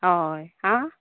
हय आ